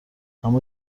اما